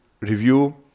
review